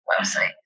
website